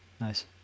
Nice